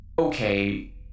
Okay